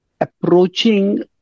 approaching